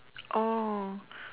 oh